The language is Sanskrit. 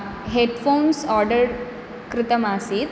हेड्फोन्स् आडर् कृतमासीत्